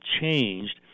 changed